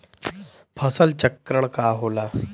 फसल चक्रण का होला?